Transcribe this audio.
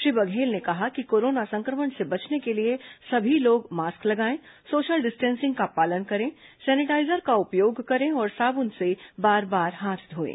श्री बघेल ने कहा कि कोरोना संक्रमण से बचने के लिए सभी लोग मास्क लगाएं सोशल डिस्टेंसिंग का पालन करें सेनेटाईजर का उपयोग करें और साबुन से बार बार हाथ धोएं